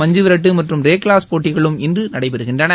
மஞ்சுவிரட்டு மற்றும் ரேக்ளாஸ் போட்டிகளும் இன்று நடைபெறுகின்றன